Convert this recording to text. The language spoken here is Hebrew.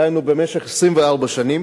דהיינו במשך 24 שנים,